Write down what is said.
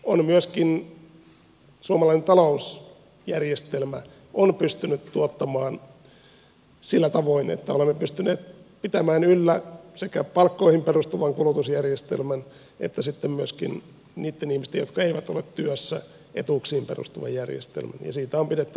ennen kaikkea myöskin suomalainen talousjärjestelmä on pystynyt tuottamaan sillä tavoin että olemme pystyneet pitämään yllä sekä palkkoihin perustuvan kulutusjärjestelmän että sitten myöskin niitten ihmisten jotka eivät ole työssä etuuksiin perustuvan järjestelmän ja siitä on pidettävä huolta jatkossakin